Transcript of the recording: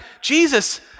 Jesus